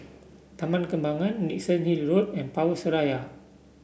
Taman Kembangan Dickenson Hill Road and Power Seraya